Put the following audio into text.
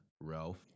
ralph